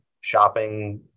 shopping